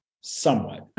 somewhat